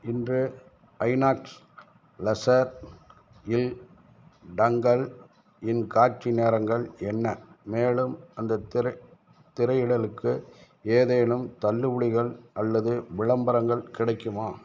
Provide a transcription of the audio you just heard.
இன்று INOX Leisure இல் டங்கல் இன் காட்சி நேரங்கள் என்ன மேலும் அந்தத் திரை திரையிடலுக்கு ஏதேனும் தள்ளுபடிகள் அல்லது விளம்பரங்கள் கிடைக்குமா